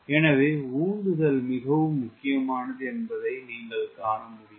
எனவே உந்துதல் மிகவும் முக்கியமானது என்பதை நீங்கள் காண முடியும்